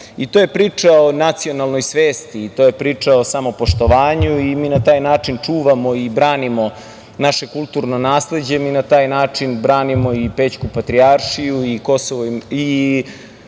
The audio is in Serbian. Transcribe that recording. je priča o nacionalnoj svesti i to je priča o samopoštovanju. Mi na taj način čuvamo i branimo naše kulturno nasleđe. Mi na taj način branimo i Pećku patrijaršiju i Bogorodicu